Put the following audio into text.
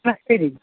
नमस्ते दीदी